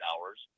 hours